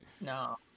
No